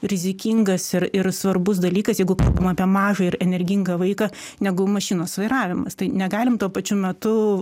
rizikingas ir ir svarbus dalykas jeigu apie mažą ir energingą vaiką negu mašinos vairavimas tai negalim tuo pačiu metu